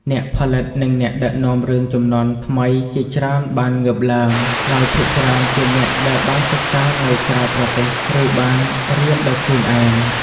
អ្នកផលិត និងអ្នកដឹកនាំរឿងជំនាន់ថ្មីជាច្រើនបានងើបឡើង ដោយភាគច្រើនជាអ្នកដែលបានសិក្សានៅក្រៅប្រទេស ឬបានរៀនដោយខ្លួនឯង។